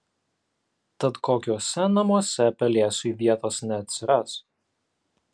tad kokiuose namuose pelėsiui vietos neatsiras